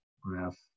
graph